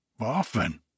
Often